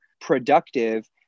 productive